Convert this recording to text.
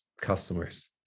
customers